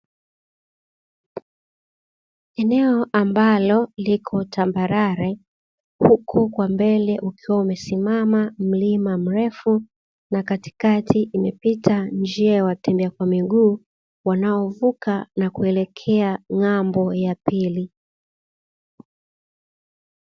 Eneo ambalo liko tambarare, huku kwa mbele ukiwa umesimama mlima mrefu na katikati imepita njia ya watembea kwa miguu wanaovuka na kuelekea ng'ambo ya pili.